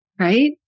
right